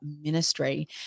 ministry